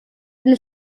been